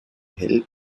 hell